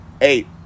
eight